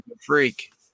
freak